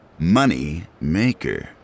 Moneymaker